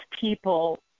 people